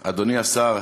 אותי,